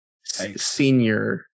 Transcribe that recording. Senior